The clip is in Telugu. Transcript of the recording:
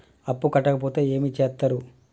అప్పు కట్టకపోతే ఏమి చేత్తరు?